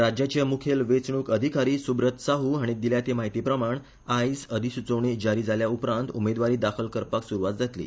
राज्याचे मुखेल वेचणुक अधिकारी सुब्रत साह हाणी दिल्या ते म्हायती प्रमाण आयज अधिस्चोवणी जारी जाल्या उपरांत उमेदवारी दाखल करपाक सुरवात जातली